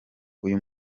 uyu